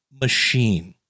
machine